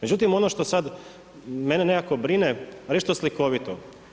Međutim, ono što sad mene nekako brine, nešto slikovito.